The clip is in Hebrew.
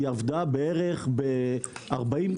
היא עבדה בערך ב-40%,